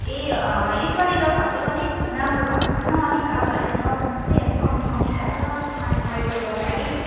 ए अँ यसपालि त फसल अलिक राम्रो भएको छैन अलिक आसाहरू चाहिँ नगर्नुहोस् है अलिक कम्ती कम्ती भएको छ पानी परेकोले गर्दाखेरि